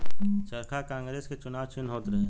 चरखा कांग्रेस के चुनाव चिन्ह होत रहे